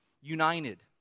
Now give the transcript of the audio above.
united